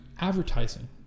advertising